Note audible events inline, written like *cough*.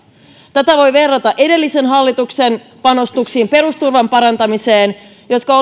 tätä voi verrata edellisen hallituksen panostuksiin perusturvan parantamiseen jotka *unintelligible*